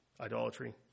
idolatry